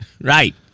Right